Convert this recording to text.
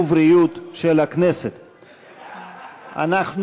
חברת הכנסת סתיו שפיר, אך את מצביעה